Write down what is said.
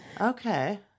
Okay